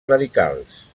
radicals